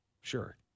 sure